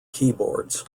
keyboards